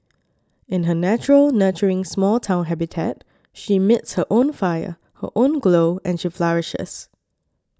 in her natural nurturing small town habitat she emits her own fire her own glow and she flourishes